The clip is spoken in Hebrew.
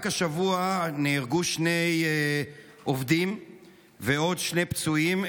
רק השבוע נהרגו שני עובדים והיו עוד שני פצועים,